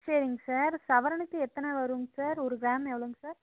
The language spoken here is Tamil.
சரிங்க சார் சவரனுக்கு எத்தனை வருங் சார் ஒரு கிராம் எவ்வளோங் சார்